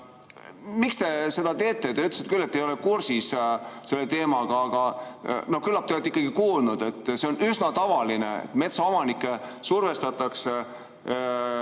Miks te seda teete? Te ütlesite küll, et te ei ole kursis selle teemaga, aga küllap te olete ikkagi kuulnud, et see on üsna tavaline, et metsaomanikke survestatakse